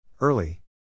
Early